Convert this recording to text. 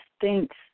thanks